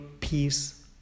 peace